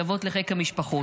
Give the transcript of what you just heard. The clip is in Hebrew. שבות לחיק המשפחות.